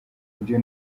byo